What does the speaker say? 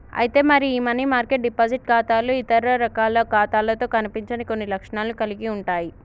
అయితే మరి ఈ మనీ మార్కెట్ డిపాజిట్ ఖాతాలు ఇతర రకాల ఖాతాలతో కనిపించని కొన్ని లక్షణాలను కలిగి ఉంటాయి